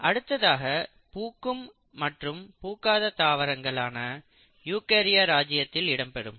அடுத்தது பூக்கும் மற்றும் பூக்காத தாவரங்கள் யூகரியா ராஜ்யத்தில் இடம்பெறும்